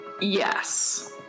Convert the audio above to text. yes